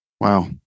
Wow